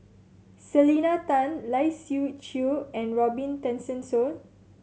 Selena Tan Lai Siu Chiu and Robin Tessensohn